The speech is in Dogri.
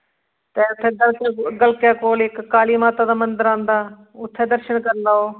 ते गलकै कोल इक्क काली माता दा मंदर आंदा उत्थै दर्शन करी लैओ